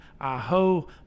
Aho